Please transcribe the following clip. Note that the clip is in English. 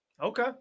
Okay